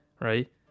right